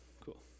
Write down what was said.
cool